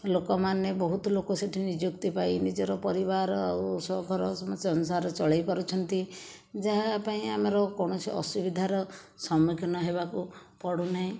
ଲୋକମାନେ ବହୁତ ଲୋକ ସେଠି ନିଯୁକ୍ତି ପାଇ ନିଜର ପରିବାର ଆଉ ସଫରସମ ସଂସାର ଚଳାଇ ପାରୁଛନ୍ତି ଯାହା ପାଇଁ ଆମର କୌଣସି ଅସୁବିଧାର ସମ୍ମୁଖୀନ ହେବାକୁ ପଡ଼ୁନାହିଁ